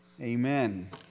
amen